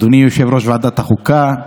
אדוני יושב-ראש ועדת החוקה,